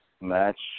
match